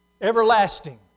everlasting